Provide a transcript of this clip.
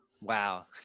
Wow